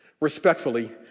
respectfully